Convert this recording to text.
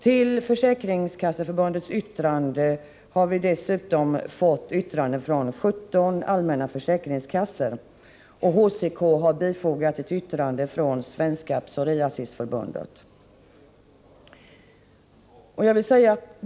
Till Försäkringskasseförbundets yttrande har fogats yttranden från 17 allmänna försäkringskassor. Till HCK:s yttrande har vidare fogats yttrande från Svenska psoriasisförbundet.